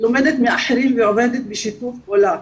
לומדת מאחרים ועובדת בשיתוף פעולה,